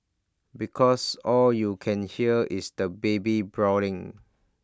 because all you can hear is the baby bawling